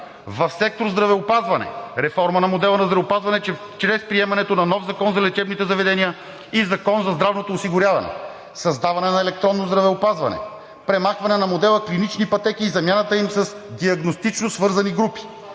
В сектор „Здравеопазване“ – реформа на модела на здравеопазване чрез приемането на нов Закон за лечебните заведения и Закон за здравното осигуряване; създаване на електронно здравеопазване; премахване на модела на клиничните пътеки и замяната им с диагностично свързани групи;